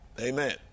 Amen